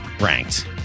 ranked